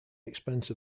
expense